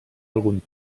algun